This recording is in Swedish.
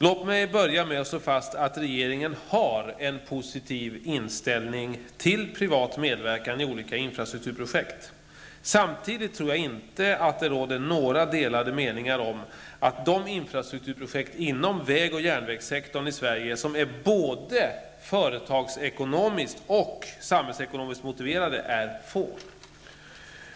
Låt mig börja med att slå fast att regeringen har en positiv inställning till privat medverkan i olika infrastrukturprojekt. Samtidigt tror jag inte att det råder några delade meningar om att de infrastrukturprojekt inom väg och järnvägssektorn i Sverige som är både företagsekonomiskt och samhällsekonomiskt motiverade är få.